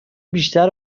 بیشتر